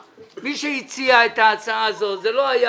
מי שהציע את ההצעה הזאת זה לא היה